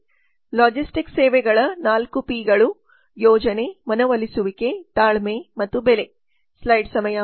logistics ಸೇವೆಗಳ 4 ಪಿಗಳು ಯೋಜನೆ ಮನವೊಲಿಸುವಿಕೆ ತಾಳ್ಮೆ ಮತ್ತು ಬೆಲೆ